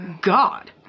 God